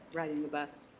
riding the bus.